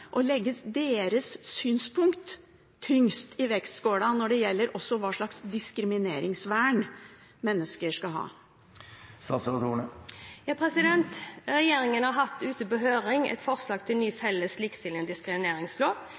og legge deres synspunkter tyngst i vektskåla når det gjelder også hva slags diskrimineringsvern mennesker skal ha? Regjeringen har hatt ute på høring forslag til ny felles likestillings- og diskrimineringslov,